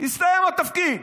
הסתיים התפקיד,